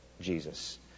Jesus